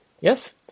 Yes